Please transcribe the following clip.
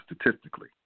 statistically